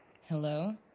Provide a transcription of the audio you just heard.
Hello